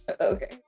Okay